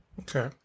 Okay